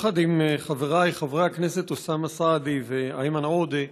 יחד עם חברי, חברי הכנסת אוסאמה סעדי ואיימן עודה,